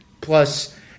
plus